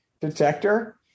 detector